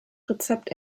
rezept